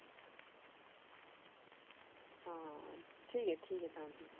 हां ठीक ऐ ठीक ऐ तां फ्ही